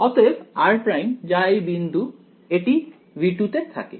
অতএব r' যা এই বিন্দু এটি V2 তে থাকে